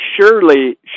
Surely